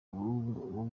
ubu